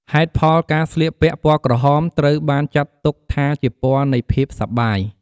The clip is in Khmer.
ហេតុផលការស្លៀកពាក់ ពណ៌ក្រហមត្រូវបានចាត់ទុកថាជាពណ៌នៃភាពសប្បាយ។